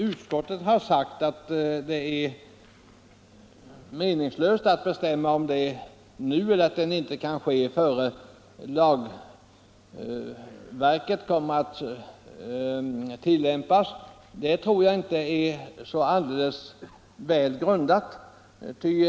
Utskottet har sagt att den inte kan påbörjas innan lagen träder i tillämpning, men det tror jag inte är så alldeles väl grundat.